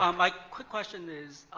um like quick question is,